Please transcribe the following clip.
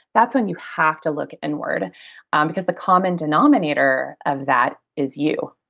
that's when you have to look inward um because the common denominator of that is you.